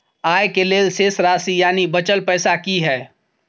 आय के लेल शेष राशि यानि बचल पैसा की हय?